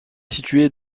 située